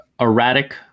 erratic